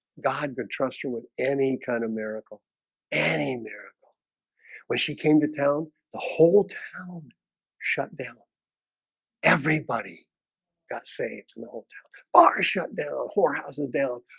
god could trust her with any kind of miracle a miracle when she came to town the whole town shut down everybody got saved in the hotel bar shut down four houses down